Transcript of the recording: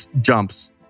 jumps